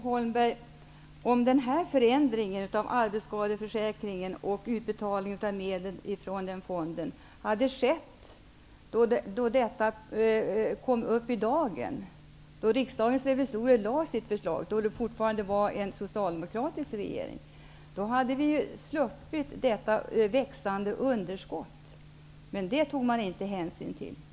Herr talman! Om förändringen av arbetsskadeförsäkringen och utbetalningen av medel från fonden hade skett då missförhållandena kom i dagen, dvs. då Riksdagens revisorer lade fram sitt förslag och det fortfarande var en socialdemokratisk regering, hade vi sluppit detta växande underskott. Men det tog Socialdemokraterna inte hänsyn till.